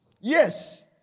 Yes